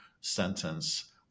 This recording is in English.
sentence